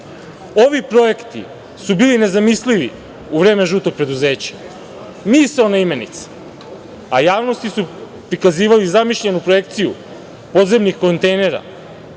projekti su bili nezamislivi u vreme žutog preduzeća, misaona imenica, a javnosti su prikazivali zamišljenu projekciju podzemnih kontejnera